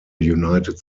united